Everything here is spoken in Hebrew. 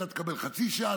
אתה תקבל חצי שעה,